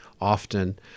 often